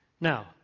Now